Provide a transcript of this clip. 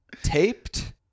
taped